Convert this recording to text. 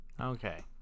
Okay